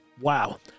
wow